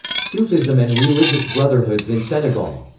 sufism and religious brotherhoods in senegal.